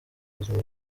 buzima